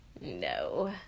No